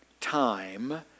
time